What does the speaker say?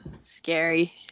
Scary